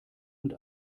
und